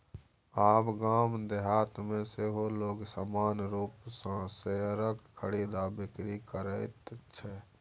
आब गाम देहातमे सेहो लोग सामान्य रूपसँ शेयरक खरीद आ बिकरी करैत छै